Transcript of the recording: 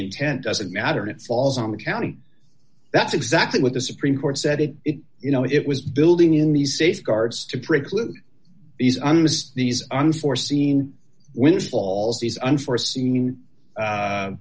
intent doesn't matter and it falls on the county that's exactly what the supreme court said it you know it was building in these safeguards to preclude these unforeseen windfalls these unforeseen